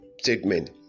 statement